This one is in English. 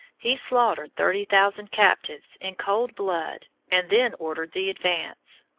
he slaughtered thirty thousand captives in cold blood and then ordered the advance.